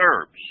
herbs